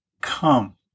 come